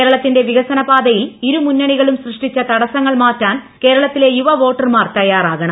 കേരളത്തിന്റെ വികസന പാതയിൽ ഇരു മുന്നണിക്ളും സൃഷ്ടിച്ച തടസ്സങ്ങൾ മാറ്റാൻ കേരളത്തിലെ യുവവോട്ടൂർമാർ ് തയ്യാറാകണം